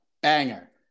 banger